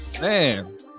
man